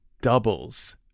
doubles